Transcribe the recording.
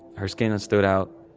her skin and stood out.